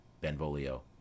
Benvolio